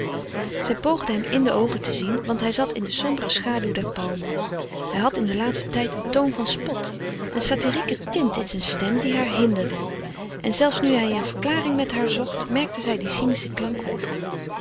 poogde hem in de oogen te zien want hij zat in de sombere schaduw der palmen hij had in den laatsten tijd een toon van spot een satirieke tint in zijn stem die haar hinderde en zelfs nu hij een verklaring met haar zocht merkte zij dien cynischen klank op